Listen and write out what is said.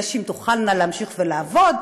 נשים תוכלנה להמשיך לעבוד,